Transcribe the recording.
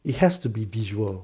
it has to be visual